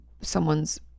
someone's